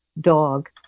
dog